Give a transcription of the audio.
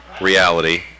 reality